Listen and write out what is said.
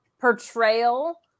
portrayal